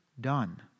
done